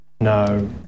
No